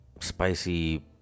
Spicy